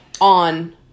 on